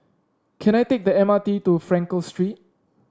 can I take the M R T to Frankel Street